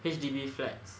H_D_B flats